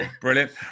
Brilliant